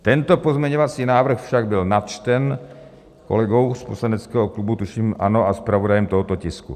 Tento pozměňovací návrh však byl načten kolegou z poslaneckého klubu, tuším ANO, a zpravodajem tohoto tisku.